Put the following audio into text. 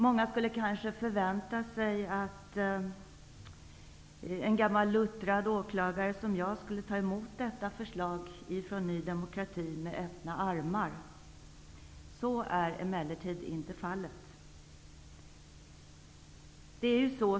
Många förväntar sig kanske att en gammal, luttrad åklagare som jag skulle ta emot detta förslag från Ny demokrati med öppna armar. Så är emellertid inte fallet.